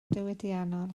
diwydiannol